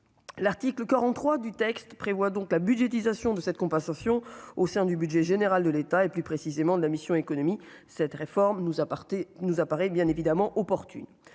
l'article 43 du texte prévoit donc la budgétisation de cette compensation au sein du budget général de l'État, et plus précisément de la mission Économie cette réforme nous aparté nous apparaît bien évidemment opportune